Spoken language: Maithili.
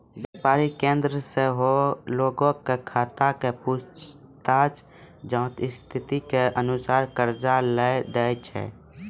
व्यापारिक केन्द्र सेहो लोगो के खाता के पूछताछ जांच स्थिति के अनुसार कर्जा लै दै छै